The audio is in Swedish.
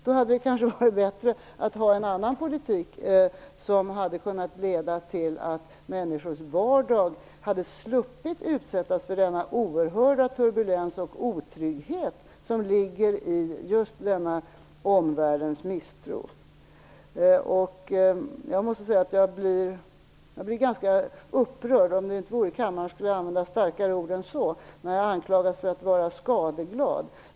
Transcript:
Då hade det kanske varit bättre att ha en annan politik som hade kunnat leda till att människors vardag hade sluppit utsättas för den oerhörda turbulens och otrygghet som ligger i denna omvärldens misstro. Jag blir ganska upprörd - om jag inte vore i kammaren skulle jag använda starkare ord än så - när jag anklagas för att vara skadeglad.